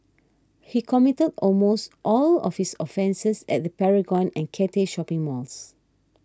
he committed almost all of his offences at the Paragon and Cathay shopping malls